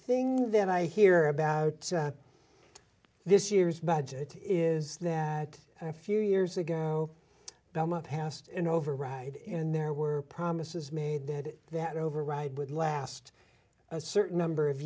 thing that i hear about this year's budget is that a few years ago ballmer passed an override in there were promises made that that override would last a certain number of